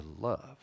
love